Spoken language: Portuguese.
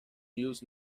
news